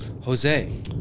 jose